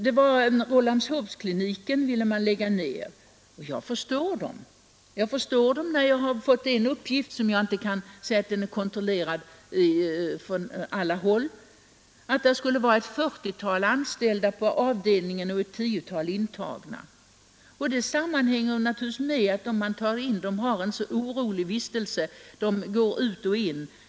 Man har också velat lägga ned Rålambshovskliniken. Det förstår jag — sedan jag har fått den uppgiften, som jag emellertid inte har kunnat kontrollera ur alla aspekter, att man där skulle ha ett 40-tal anställda på avdelningen och bara ett tiotal intagna. Detta sammanhänger naturligtvis med att patienternas vistelse på avdelningen är så ryckig; de åker ut och in.